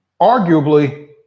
arguably